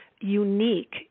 unique